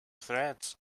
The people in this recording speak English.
threads